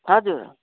हजुर